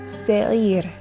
se'ir